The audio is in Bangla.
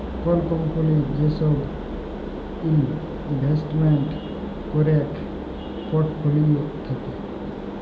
কল কম্পলির যে সব ইলভেস্টমেন্ট ক্যরের পর্টফোলিও থাক্যে